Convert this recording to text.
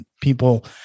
people